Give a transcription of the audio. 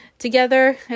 together